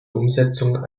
umsetzung